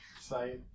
say